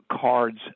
cards